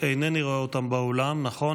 אינני רואה אותם באולם, נכון?